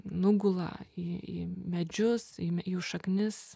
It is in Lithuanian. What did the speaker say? nugula į į medžius į jų šaknis